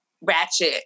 ratchet